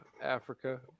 Africa